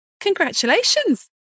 congratulations